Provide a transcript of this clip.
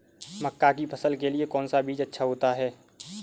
मक्का की फसल के लिए कौन सा बीज अच्छा होता है?